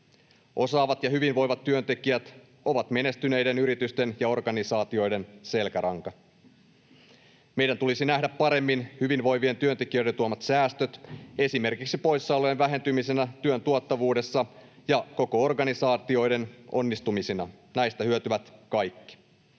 Osaavat ja hyvinvoivat työntekijät ovat menestyneiden yritysten ja organisaatioiden selkäranka. Meidän tulisi nähdä paremmin hyvinvoivien työntekijöiden tuomat säästöt esimerkiksi poissaolojen vähentymisenä, työn tuottavuudessa ja koko organisaatioiden onnistumisina — näistä hyötyvät kaikki.